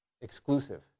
exclusive